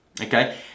Okay